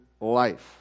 life